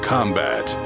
Combat